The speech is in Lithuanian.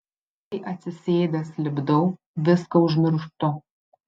kai atsisėdęs lipdau viską užmirštu